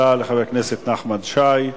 תודה לחבר הכנסת נחמן שי.